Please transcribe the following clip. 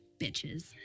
bitches